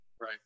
Right